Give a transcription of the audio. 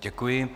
Děkuji.